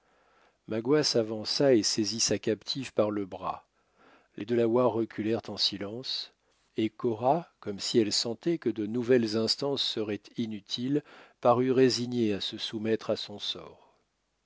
magua s'avança et saisit sa captive par le bras les delawares reculèrent en silence et cora comme si elle sentait que de nouvelles instances seraient inutiles parut résignée à se soumettre à son sort